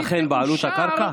תיבחן בעלות הקרקע?